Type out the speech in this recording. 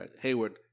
Hayward